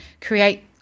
create